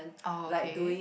oh okay